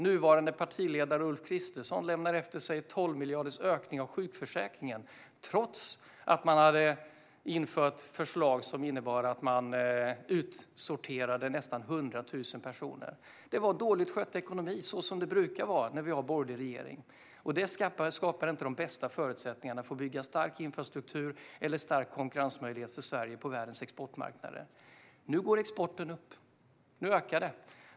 Nuvarande partiledare Ulf Kristersson lämnade efter sig en 12 miljarder stor ökning av sjukförsäkringen, trots att man hade infört förslag som innebar att ungefär 100 000 personer utsorterades. Det var en dåligt skött ekonomi, så som det brukar vara när vi har en borgerlig regering. Det skapar inte de bästa förutsättningarna för att bygga stark infrastruktur eller stark konkurrensmöjlighet för Sverige på världens exportmarknader. Nu går exporten upp. Nu ökar den.